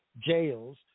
jails